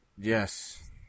Yes